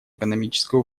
экономическое